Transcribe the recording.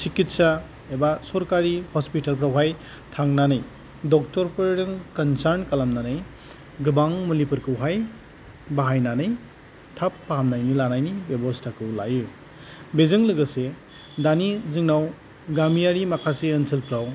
सिखिथसा एबा सरखारि हस्पिटाल फ्रावहाय थांनानै डक्टर फोर कन्सार्न खालामनानै गोबां मुलिफोरखौहाय बाहायनानै थाब फाहामनानै लानायनि बेबस्थाखौ लायो बेजों लोगोसे दानि जोंनाव गामियारि माखासे ओनसोलफ्राव